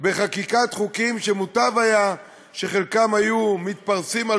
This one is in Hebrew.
בחקיקת חוקים שמוטב היה שחלקם היו מתפרסים על